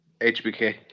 Hbk